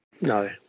No